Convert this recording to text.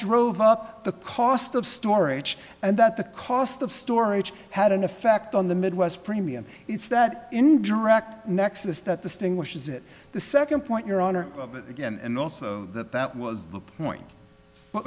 drove up the cost of storage and that the cost of storage had an effect on the midwest premium it's that indirect nexus that the sting which is it the second point your honor again and also that that was the point w